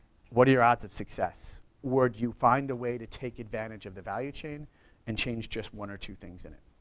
what are your odds of success? would you find a way to take advantage of the value chain and change just one or two things in it?